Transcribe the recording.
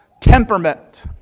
temperament